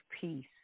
peace